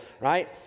right